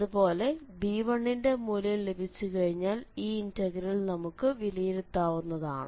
അതുപോലെ b1ന്റെ മൂല്യം ലഭിച്ചുകഴിഞ്ഞാൽ ഈ ഇന്റഗ്രൽ നമുക്ക് വിലയിരുത്താവുന്നതാണ്